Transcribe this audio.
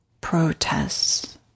protests